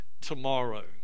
tomorrow